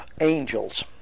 angels